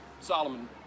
solomon